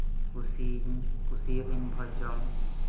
ᱠᱩᱥᱤᱧ ᱠᱩᱥᱤᱭᱟᱜᱟᱧ ᱵᱷᱚᱡᱽ ᱡᱚᱢ